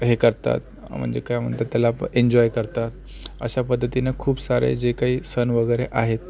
हे करतात म्हणजे काय म्हणतात त्याला आप एन्जॉय करतात अशा पद्धतीनं खूप सारे जे काही सण वगैरे आहेत